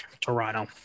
Toronto